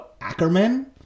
Ackerman